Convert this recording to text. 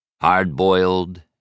Hard-boiled